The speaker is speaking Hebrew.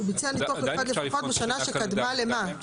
ביצע ניתוח אחד לפחות בשנה שקדמה למה?